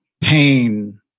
pain